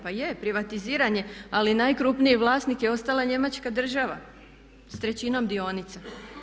Pa je, privatiziran je ali najkrupniji vlasnik je ostala njemačka država s trećinom dionica.